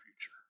future